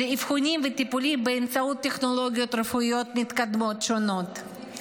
לאבחונים ולטיפולים באמצעות טכנולוגיות רפואיות מתקדמות שונות.